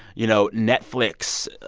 you know, netflix,